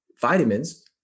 vitamins